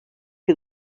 que